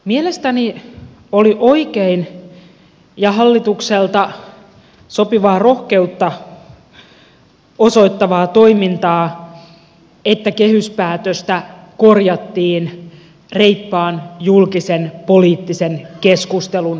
mielestäni oli oikein ja hallitukselta sopivaa rohkeutta osoittavaa toimintaa että kehyspäätöstä korjattiin reippaan julkisen poliittisen keskustelun perusteella